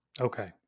Okay